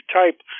type